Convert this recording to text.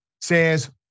says